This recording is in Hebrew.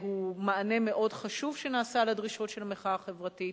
שהוא מענה מאוד חשוב שנעשה מול הדרישות של המחאה החברתית.